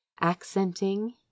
accenting